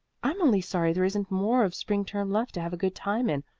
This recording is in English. i'm only sorry there isn't more of spring term left to have a good time in.